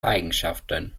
eigenschaften